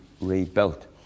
rebuilt